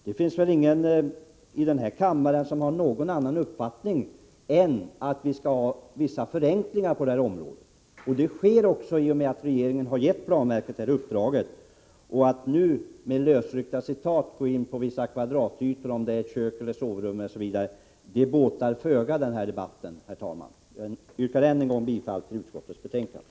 Det finns väl ingen i denna kammare som har någon annan uppfattning än att vi skall genomföra vissa förenklingar på detta område. Det sker också i och med att regeringen har gett planverket detta uppdrag. Att med lösryckta citat nu gå in på frågor om vissa ytor och diskutera huruvida det rör sig om kök eller sovrum båtar föga i denna debatt. Herr talman! Jag yrkar än en gång bifall till utskottets hemställan.